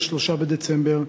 3 בדצמבר,